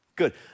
Good